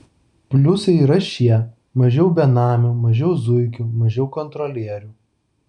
pliusai yra šie mažiau benamių mažiau zuikių mažiau kontrolierių